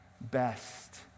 best